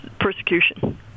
persecution